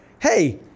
hey